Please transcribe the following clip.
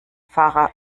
fahrer